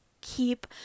keep